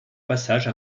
passage